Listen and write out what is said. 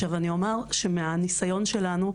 מניסיוננו,